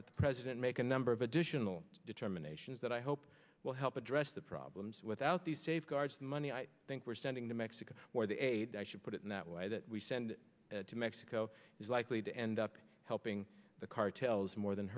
that the president make a number of additional determinations that i hope will help address the problems without the safeguards of money i think we're sending to mexico where they should put it in that way that we send to mexico is likely to end up helping the cartels more than